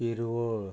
पिरवळ